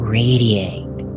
radiate